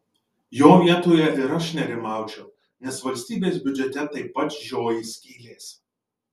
jo vietoje ir aš nerimaučiau nes valstybės biudžete taip pat žioji skylės